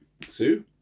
Sue